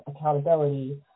accountability